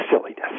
silliness